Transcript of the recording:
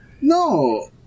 No